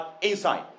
inside